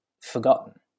forgotten